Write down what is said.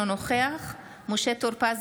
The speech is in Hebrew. אינו נוכח משה טור פז,